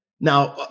Now